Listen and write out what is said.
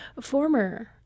former